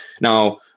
Now